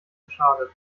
geschadet